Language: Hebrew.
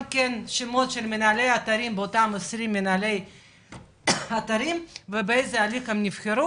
שמות של מנהלי האתרים באותם 20 אתרים ובאיזה הליך הם נבחרו.